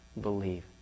believe